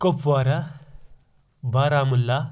Kupwara Baramulla